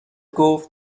گفت